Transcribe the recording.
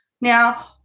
Now